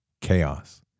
chaos